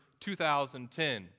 2010